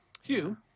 Hugh